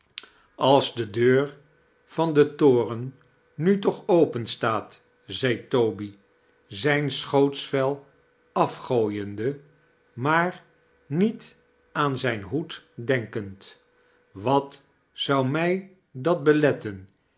als de deur van den toren nu toch openstaat zei toby zijn schootsvel afgooiende maar niet aan zijn hoed denkend wat zou mij dan beletten